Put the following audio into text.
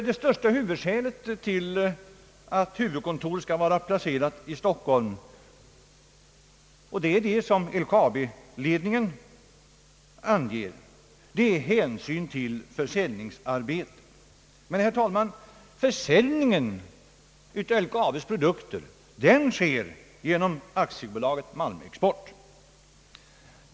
Det främsta skälet till att huvudkontoret skall vara placerat i Stockholm — och det är det som LKAB-ledningen anser är hänsynen till försäljningsarbetet. Men, herr talman, försäljningen av LKAB:s produkter sker genom AB Malmexport.